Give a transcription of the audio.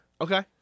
Okay